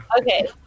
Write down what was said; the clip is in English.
Okay